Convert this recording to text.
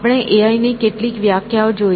આપણે એઆઈ ની કેટલીક વ્યાખ્યાઓ જોઈ